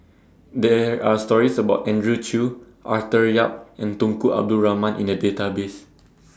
There Are stories about Andrew Chew Arthur Yap and Tunku Abdul Rahman in The Database